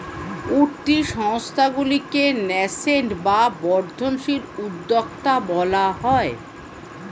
উঠতি সংস্থাগুলিকে ন্যাসেন্ট বা বর্ধনশীল উদ্যোক্তা বলা হয়